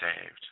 saved